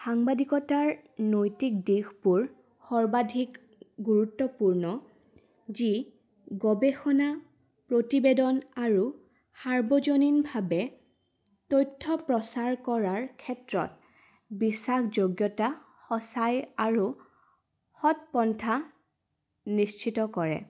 সাংবাদিকতাৰ নৈতিক দিশবোৰ সৰ্বাধিক গুৰুত্বপূৰ্ণ যি গৱেষণা প্ৰতিবেদন আৰু সাৰ্বজনীনভাৱে তথ্য প্ৰচাৰ কৰাৰ ক্ষেত্ৰত বিশ্বাসযোগ্যতা সঁচাই আৰু সৎপন্থা নিশ্চিত কৰে